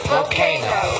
Volcano